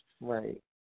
Right